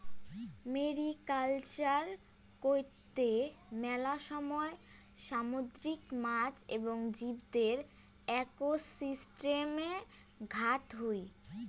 mariculture কৈত্তে মেলা সময় সামুদ্রিক মাছ এবং জীবদের একোসিস্টেমে ঘাত হই